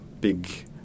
big